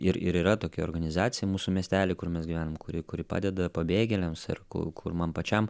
ir ir yra tokia organizacija mūsų miestely kur mes gyvenam kuri kuri padeda pabėgėliams ir kur man pačiam